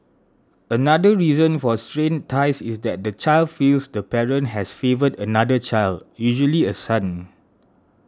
another reason for strained ties is that the child feels the parent has favoured another child usually a son